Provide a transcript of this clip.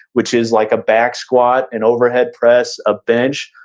which is like a back squat and overhead press, a bench,